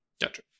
Gotcha